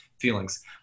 feelings